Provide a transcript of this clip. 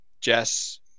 Jess